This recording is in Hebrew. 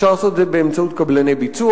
אפשר לעשות את זה באמצעות קבלני ביצוע.